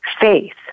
faith